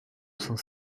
cent